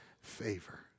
favor